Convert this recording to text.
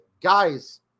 guys